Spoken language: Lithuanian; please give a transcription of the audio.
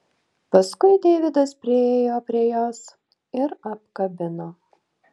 paskui deividas priėjo prie jos ir apkabino